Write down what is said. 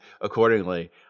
accordingly